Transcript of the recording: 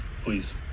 Please